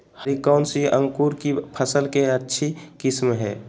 हरी कौन सी अंकुर की फसल के अच्छी किस्म है?